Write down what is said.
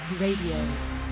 Radio